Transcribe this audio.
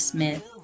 Smith